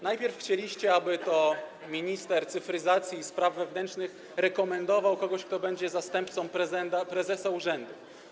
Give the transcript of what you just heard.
Najpierw chcieliście, aby to minister cyfryzacji i spraw wewnętrznych rekomendował kogoś, kto będzie zastępcą prezesa urzędu.